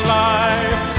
life